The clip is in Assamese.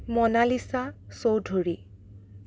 মনালিছা চৌধুৰী